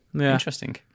Interesting